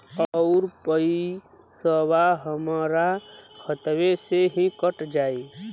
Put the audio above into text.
अउर पइसवा हमरा खतवे से ही कट जाई?